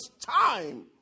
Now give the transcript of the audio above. time